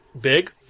big